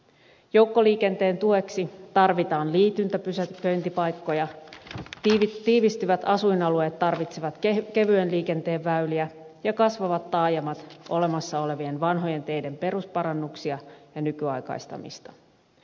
joukkoliikenteen tueksi tarvitaan liityntäpysäköintipaikkoja tiivistyvät asuinalueet tarvitsevat kevyen liikenteen väyliä ja kasvavat taajamat olemassa olevien vanhojen teiden perusparannuksia ja nykyaikaistamista